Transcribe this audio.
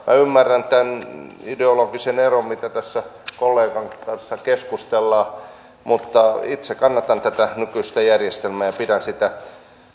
ymmärrän tämän ideologisen eron mistä tässä kollegan kanssa keskustellaan mutta itse kannatan tätä nykyistä järjestelmää ja pidän sitä